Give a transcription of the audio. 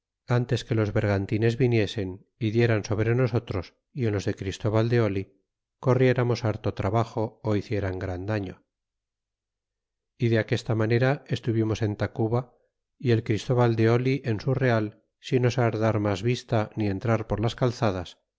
ntes que los vergantines viniesen y dieran sobre nosotros y en los de christóval de oli corrieramos harto trabajo ó hicieran gran daño y de aquesta manera estuvimos en tacuba y el christóval de oh en su ral sin osar dar mas vista ni entrar por las calzadas